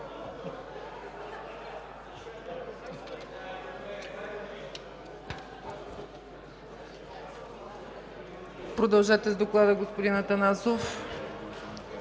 Продължете с доклада, господин Атанасов.